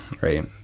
right